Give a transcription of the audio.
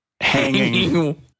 Hanging